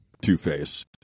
two-face